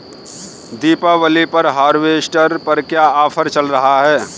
दीपावली पर हार्वेस्टर पर क्या ऑफर चल रहा है?